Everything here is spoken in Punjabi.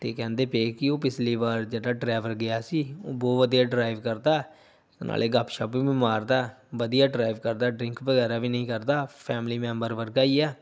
ਅਤੇ ਕਹਿੰਦੇ ਪਏ ਕਿ ਉਹ ਪਿਛਲੀ ਵਾਰ ਜਿਹੜਾ ਡਰਾਈਵਰ ਗਿਆ ਸੀ ਉਹ ਬਹੁਤ ਵਧੀਆ ਡਰਾਈਵ ਕਰਦਾ ਨਾਲੇ ਗੱਪਸ਼ੱਪ ਵੀ ਮਾਰਦਾ ਵਧੀਆ ਡਰਾਈਵ ਕਰਦਾ ਡਰਿੰਕ ਵਗੈਰਾ ਵੀ ਨਹੀਂ ਕਰਦਾ ਫੈਮਲੀ ਮੈਂਬਰ ਵਰਗਾ ਹੀ ਆ